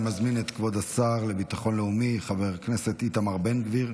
אני מזמין את כבוד השר לביטחון לאומי חבר הכנסת איתמר בן גביר,